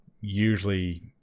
usually